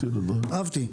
אהבתי.